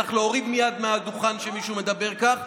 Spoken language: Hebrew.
צריך להוריד מייד מהדוכן כשמישהו מדבר כך,